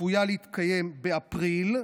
צפויה להתקיים באפריל,